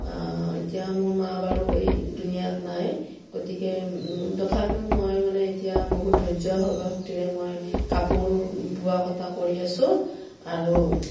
এতিয়া মোৰ মা বাৰু এই দুুনীয়াত নাই গতিকে তথাপিও মই মানে এতিয়া বহুত ধৈৰ্য শক্তিৰে মই কাপোৰ বোৱা কটা কৰি আছোঁ আৰু